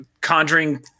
Conjuring